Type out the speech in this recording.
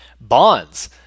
Bonds